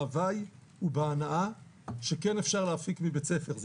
בהווי ובהנאה שכן אפשר להפיק מבית ספר זה